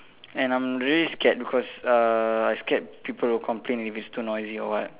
and I'm really scared because uh I scared people will complain if it's too noisy or what